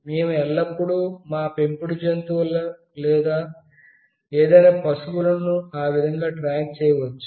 మేము ఎల్లప్పుడూ మా పెంపుడు జంతువులను లేదా ఏదైనా పశువులనుని ఆ విధంగా ట్రాక్ చేయవచ్చు